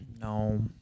No